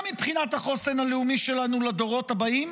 מבחינת החוסן הלאומי שלנו לדורות הבאים